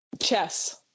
Chess